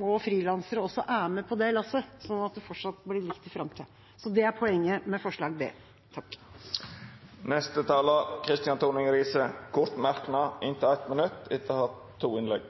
og frilansere også er med på det lasset, sånn at det fortsatt blir likt i framtida. Det er poenget med forslag B. Representanten Kristian Tonning Riise har hatt ordet to gonger tidlegare